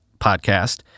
podcast